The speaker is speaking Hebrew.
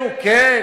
אצלנו, לא נכון.